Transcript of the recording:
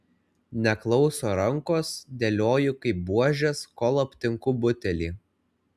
neklauso rankos dėlioju kaip buožes kol aptinku butelį